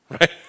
right